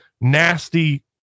nasty